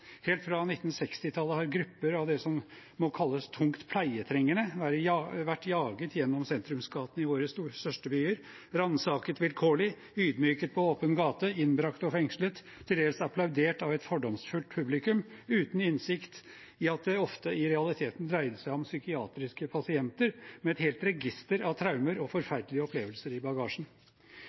Helt fra 1960-tallet har grupper av det som må kalles tungt pleietrengende, vært jaget gjennom sentrumsgatene i våre største byer, ransaket vilkårlig, ydmyket på åpen gate, innbrakt og fengslet, til dels applaudert av et fordomsfullt publikum uten innsikt i at det ofte i realiteten dreide seg om psykiatriske pasienter med et helt register av traumer og forferdelige opplevelser i bagasjen.